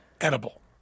edible